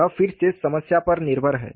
यह फिर से समस्या पर निर्भर है